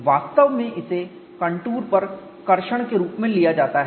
वास्तव में इसे कंटूर पर कर्षण ट्रेक्शन रूप में लिया जाता है